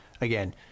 Again